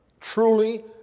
Truly